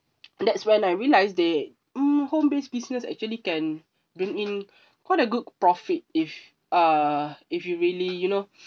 that's when I realised they mm home based business actually can bring in quite a good profit if uh if you really you know